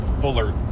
fuller